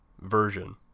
version